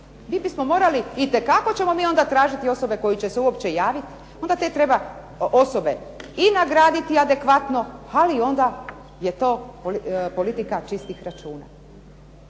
mi bismo morali, itekako ćemo mi onda tražiti osobe koje će se uopće javiti. Onda te treba osobe i nagraditi adekvatno, ali onda je to politika čistih računa.